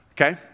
okay